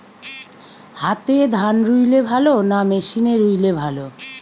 হাতে ধান রুইলে ভালো না মেশিনে রুইলে ভালো?